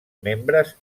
membres